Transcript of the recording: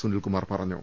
സുനിൽകുമാർ പറഞ്ഞു